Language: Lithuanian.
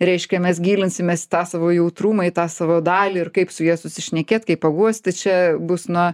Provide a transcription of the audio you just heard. reiškia mes gilinsimės į tą savo jautrumą į tą savo dalį ir kaip su ja susišnekėt kaip paguosti čia bus na